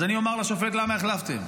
אז אני אומר לשופט למה החלפתם: